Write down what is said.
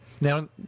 Now